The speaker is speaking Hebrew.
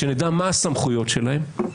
שנדע מה הסמכויות שלהם,